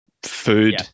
Food